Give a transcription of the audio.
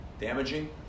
damaging